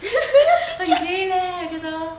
很 gay leh 我觉得